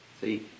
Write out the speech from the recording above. See